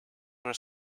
were